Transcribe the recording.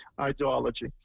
ideology